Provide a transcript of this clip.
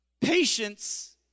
Patience